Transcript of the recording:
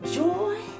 joy